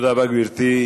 תודה רבה, גברתי.